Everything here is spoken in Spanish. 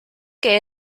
que